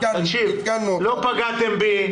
לא פגעתם בי